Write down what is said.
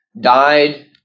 died